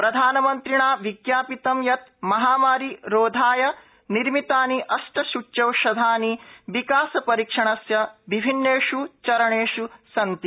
प्रधानमन्त्रिणा विज्ञा तं यत महामारि रोधाय निमिर्तानि अष्ट सूच्यौषधानि विकास रीक्षणस्य विभिन्नेष् चरणेष् सन्ति